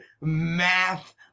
math